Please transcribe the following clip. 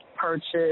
purchase